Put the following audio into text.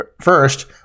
first